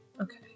Okay